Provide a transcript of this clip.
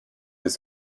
ist